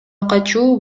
качуу